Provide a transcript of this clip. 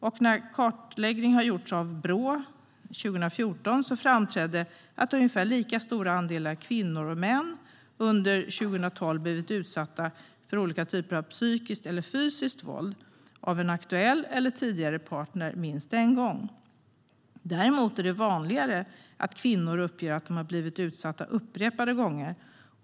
I den kartläggning som gjordes av Brå 2014 framträdde det att ungefär lika stora andelar kvinnor och män under 2012 blev utsatta för olika typer av psykiskt eller fysiskt våld av en aktuell eller tidigare partner minst en gång. Däremot är det vanligare att kvinnor uppger att de blivit utsatta upprepade gånger.